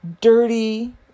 dirty